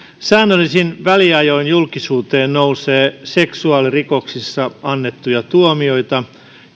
säännöllisin väliajoin julkisuuteen nousee seksuaalirikoksissa annettuja tuomioita